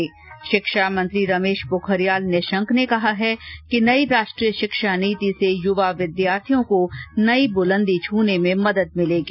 ्र शिक्षा मंत्री रमेश पोखरियाल निशंक ने कहा कि नई राष्ट्रीय शिक्षा नीति से युवा विद्यार्थियों को नई बुलंदी छुने में मदद मिलेगी